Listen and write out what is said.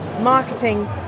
marketing